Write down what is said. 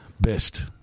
Best